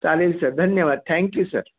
चालेल सर धन्यवाद thank you sir